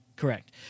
Correct